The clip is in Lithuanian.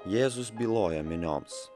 jėzus byloja minioms